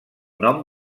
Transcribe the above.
nom